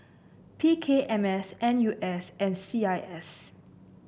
P K M S N U S and C I S